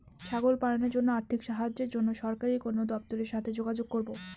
ছাগল পালনের জন্য আর্থিক সাহায্যের জন্য সরকারি কোন দপ্তরের সাথে যোগাযোগ করব?